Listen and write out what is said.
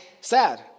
sad